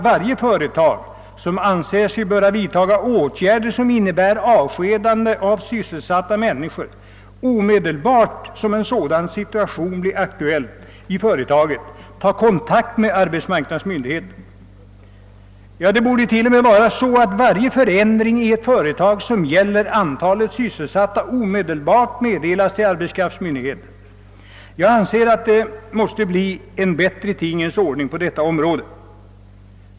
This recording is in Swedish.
Varje företag, som anser sig böra vidtaga åtgärder som innebär avskedande av sysselsatta människor, bör då en sådan situation blir aktuell genast ta kontakt med arbetsmarknadsmyndigheten. Det är t.o.m. önskvärt att varje förändring i ett företag som gäller antalet sysselsatta utan dröjsmål meddelas till arbetsmarknadsmyndigheten. Det måste enligt min mening bli en bättre tingens ordning på detta område.